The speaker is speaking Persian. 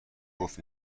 گفت